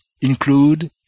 include